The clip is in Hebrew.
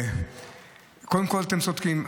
קודם כול אתם צודקים,